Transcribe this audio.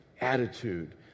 attitude